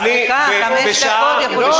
אני רוצה להזכיר לך שאתמול אני אמרתי